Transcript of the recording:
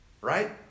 Right